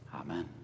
Amen